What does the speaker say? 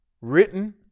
written